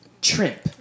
Shrimp